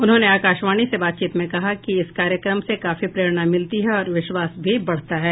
उन्होंने आकाशवाणी से बातचीत में कहा कि इस कार्यक्रम से काफी प्रेरणा मिलती है और विश्वास भी बढ़ता है